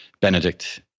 Benedict